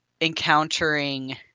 encountering